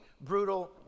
brutal